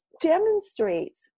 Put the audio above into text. demonstrates